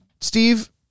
Steve